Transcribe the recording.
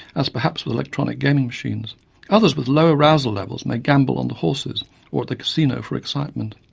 as perhaps with electronic gaming machines others with low arousal levels may gamble on the horses or at the casino for excitement.